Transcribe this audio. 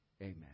amen